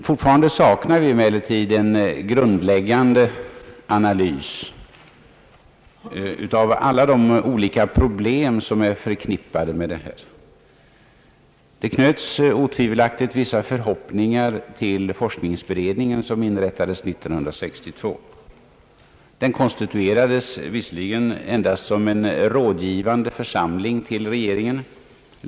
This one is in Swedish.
Fortfarande saknar vi emellertid en grundläggande analys av alla de olika problem som är förknippade med detta. Det knöts otvivelaktigt vissa förhoppningar till forskningsberedningen, som inrättades år 1962. Den konstituerades visserligen endast som en rådgivande församling till regeringen.